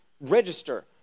register